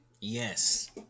Yes